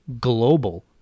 global